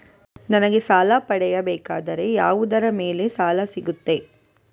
ನನಗೆ ಸಾಲ ಪಡೆಯಬೇಕಾದರೆ ಯಾವುದರ ಮೇಲೆ ಸಾಲ ಸಿಗುತ್ತೆ?